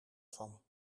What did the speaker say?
van